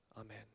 amen